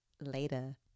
later